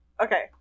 Okay